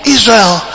Israel